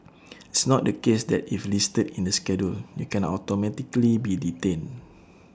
it's not the case that if listed in the schedule you can automatically be detained